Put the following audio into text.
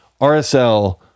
RSL